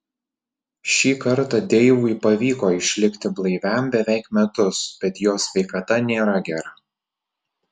šį kartą deivui pavyko išlikti blaiviam beveik metus bet jo sveikata nėra gera